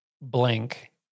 blank